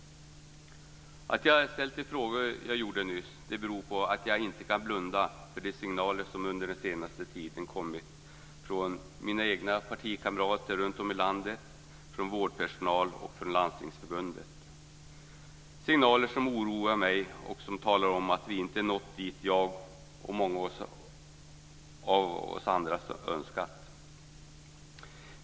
Att jag ställde dessa frågor nyss beror på att jag inte kan blunda för de signaler som under den senaste tiden kommit från mina egna partikamrater runtom i landet, från vårdpersonal och från Landstingsförbundet. Det är signaler som oroar mig. De talar om att vi inte har nått dit jag och många andra önskat.